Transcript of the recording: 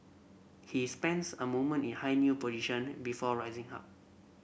he spends a moment in high kneel position before rising up